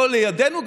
לא לידנו,